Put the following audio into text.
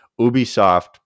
Ubisoft